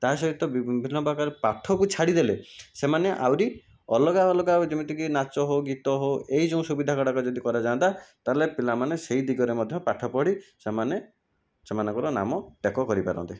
ତାସହିତ ବିଭିନ୍ନପ୍ରକାର ପାଠକୁ ଛାଡ଼ିଦେଲେ ସେମାନେ ଆହୁରି ଅଲଗା ଅଲଗା ଯେମିତିକି ନାଚ ହଉ ଗୀତ ହଉ ଏଇ ଯେଉଁ ସୁବିଧା ଗୁଡ଼ାକ ଯଦି କରାଯାଆନ୍ତା ତାହେଲେ ପିଲାମାନେ ସେଇ ଦିଗରେ ମଧ୍ୟ ପାଠପଢ଼ି ସେମାନେ ସେମାନଙ୍କର ନାମ ଟେକ କରିପାରନ୍ତେ